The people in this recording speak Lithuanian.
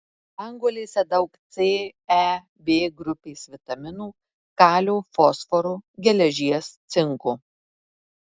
spanguolėse daug c e b grupės vitaminų kalio fosforo geležies cinko